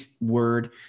word